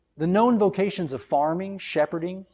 the known vocations of farming, shepherding,